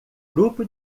grupo